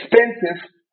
expensive